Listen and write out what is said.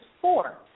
four